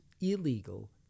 illegal